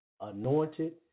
Anointed